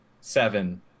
seven